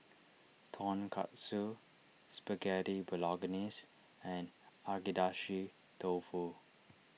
Tonkatsu Spaghetti Bolognese and Agedashi Dofu